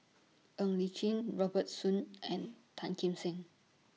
Ng Li Chin Robert Soon and Tan Kim Seng